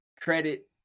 Credit